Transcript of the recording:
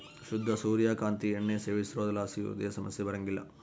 ಶುದ್ಧ ಸೂರ್ಯ ಕಾಂತಿ ಎಣ್ಣೆ ಸೇವಿಸೋದ್ರಲಾಸಿ ಹೃದಯ ಸಮಸ್ಯೆ ಬರಂಗಿಲ್ಲ